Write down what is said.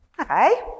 Okay